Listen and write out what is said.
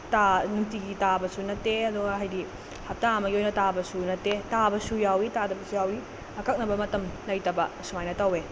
ꯅꯨꯡꯇꯤꯒꯤ ꯇꯥꯕꯁꯨ ꯅꯠꯇꯦ ꯑꯗꯨꯒ ꯍꯥꯏꯗꯤ ꯍꯞꯇꯥ ꯑꯃꯒꯤ ꯇꯥꯕꯁꯨ ꯅꯠꯇꯦ ꯇꯥꯕꯁꯨ ꯌꯥꯎꯏ ꯇꯥꯗꯕꯁꯨ ꯌꯥꯎꯏ ꯑꯀꯛꯅꯕ ꯃꯇꯝ ꯂꯩꯇꯕ ꯁꯨꯃꯥꯏꯅ ꯇꯧꯋꯦ